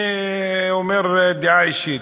אני אומר דעה אישית.